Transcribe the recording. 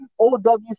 OWC